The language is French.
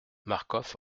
marcof